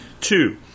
Two